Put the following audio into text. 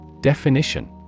Definition